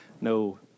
no